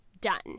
done